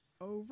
Over